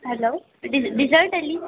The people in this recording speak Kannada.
ಅಲೋ ಡಿಝಾರ್ಟ್ ಅಲ್ಲಿ